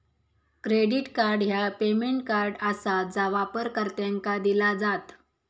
credit card ह्या payment card आसा जा वापरकर्त्यांका दिला जात